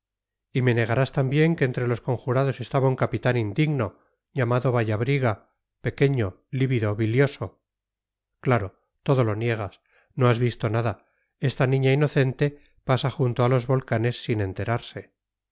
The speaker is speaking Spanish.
y me negarás también que entre los conjurados estaba un capitán indigno llamado vallabriga pequeño lívido bilioso claro todo lo niegas no has visto nada esta niña inocente pasa junto a los volcanes sin enterarse